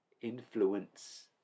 influence